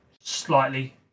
slightly